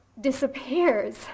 disappears